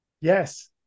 Yes